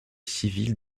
civile